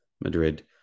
madrid